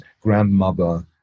grandmother